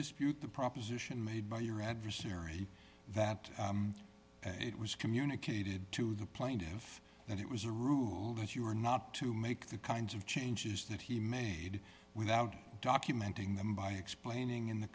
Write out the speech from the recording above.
dispute the proposition made by your adversary that it was communicated to the plaintiff that it was a rule that you were not to make the kinds of changes that he made without documenting them by explaining in the